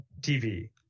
TV